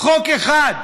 חוק אחד: